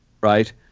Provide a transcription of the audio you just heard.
right